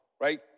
right